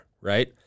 right